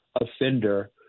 offender